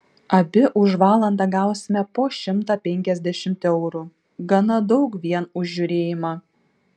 abi už valandą gausime po šimtą penkiasdešimt eurų gana daug vien už žiūrėjimą